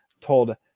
told